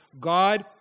God